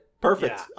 Perfect